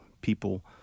people